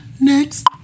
Next